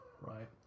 right